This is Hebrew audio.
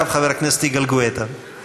באחת התשובות הבאות, אם אתה רוצה לשלב את זה, כן.